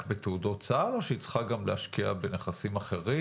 בתעודות סל או שהיא גם צריכה להשקיע בנכסים אחרים,